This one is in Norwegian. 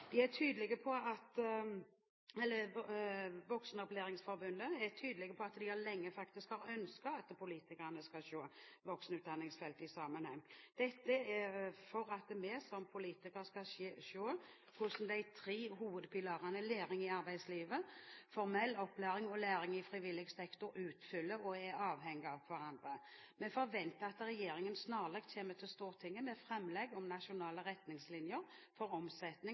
Voksenopplæringsforbundet er tydelig på at de faktisk lenge har ønsket at politikerne skal se voksenopplæringsfeltet i sammenheng – dette for at vi som politikere skal se hvordan de tre hovedpilarene – læring i arbeidslivet, formell opplæring, læring i frivillig sektor – utfyller hverandre og er avhengige av hverandre. Vi forventer at regjeringen snarlig kommer til Stortinget med framlegg om nasjonale retningslinjer for